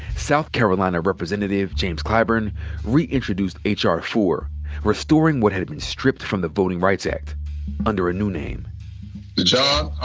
south carolina representative james clyburn reintroduced h r four restoring what had been stripped from the voting rights act under a new name. the john r.